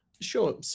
Sure